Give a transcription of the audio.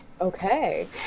Okay